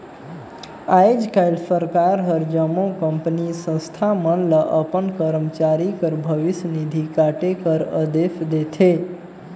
आएज काएल सरकार हर जम्मो कंपनी, संस्था मन ल अपन करमचारी कर भविस निधि काटे कर अदेस देथे